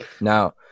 Now